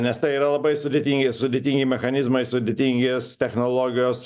nes tai yra labai sudėtingi sudėtingi mechanizmai sudėtingi technologijos